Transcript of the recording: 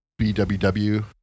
bww